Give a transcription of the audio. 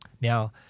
Now